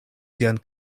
sian